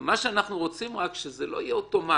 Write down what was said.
מה שאנחנו רוצים, שזה לא יהיה אוטומטית.